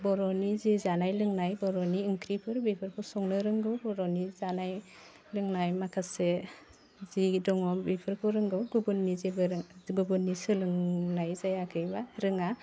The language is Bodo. बर'नि जि जानाय लोंनाय बर'नि ओंख्रिफोर बेफोरखौ संनो रोंगौ बर'नि जानाय लोंनाय माखासे जि दङ बेफोरखौ रोंगौ गुबुननि जेबो गुबुननि सोलोंनाय जायाखै बा रोङा